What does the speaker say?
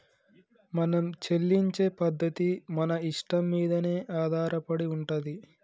మనం చెల్లించే పద్ధతి మన ఇష్టం మీదనే ఆధారపడి ఉంటది